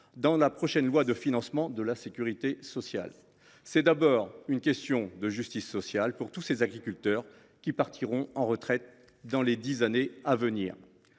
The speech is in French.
prochain projet de loi de financement de la sécurité sociale. C’est d’abord une question de justice sociale pour tous les agriculteurs qui partiront à la retraite dans les dix années à venir.